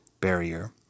barrier